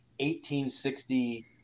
1860